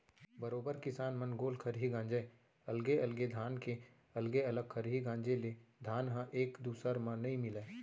बरोबर किसान मन गोल खरही गांजय अलगे अलगे धान के अलगे अलग खरही गांजे ले धान ह एक दूसर म नइ मिलय